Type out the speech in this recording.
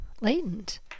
latent